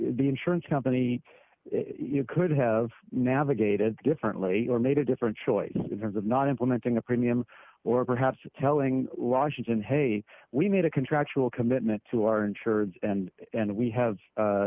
be insurance company could have navigated differently or made a different choice in terms of not implementing a premium or perhaps telling washington hey we made a contractual commitment to our insurance and we have